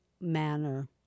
manner